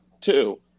Two